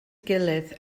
gilydd